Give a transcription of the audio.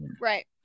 right